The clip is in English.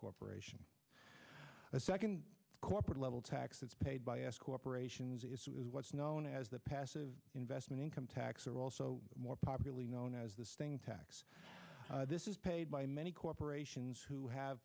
corporation a second corporate level taxes paid by us corporations is what's known as the passive investment income tax are also more popularly known as the sting tax this is paid by many corporations who have